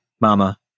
mama